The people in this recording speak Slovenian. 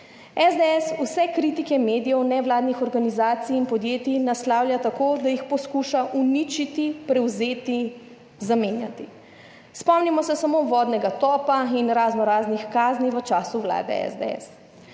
SDS vse kritike medijev, nevladnih organizacij in podjetij naslavlja tako, da jih poskuša uničiti, prevzeti, zamenjati. Spomnimo se samo vodnega topa in razno raznih kazni v času vlade SDS.